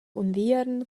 unviern